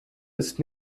ist